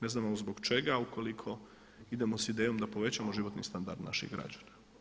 Ne znamo zbog čega ukoliko idemo sa idejom da povećamo životni standard naših građana.